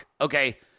okay